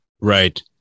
Right